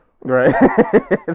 Right